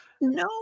No